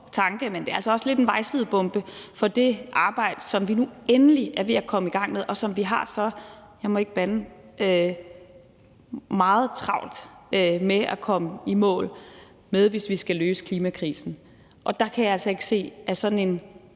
men at det altså også lidt er en vejsidebombe i forhold til det arbejde, som vi nu endelig er ved at komme i gang med, og som vi har – jeg må ikke bande – meget travlt med at komme i mål med, hvis vi skal løse klimakrisen. Og der kan jeg altså ikke se, at sådan en